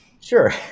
Sure